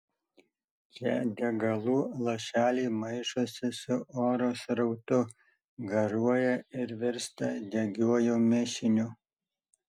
čia degalų lašeliai maišosi su oro srautu garuoja ir virsta degiuoju mišiniu